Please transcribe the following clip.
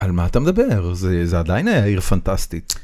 על מה אתה מדבר? זה עדיין עיר פנטסטית.